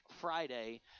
Friday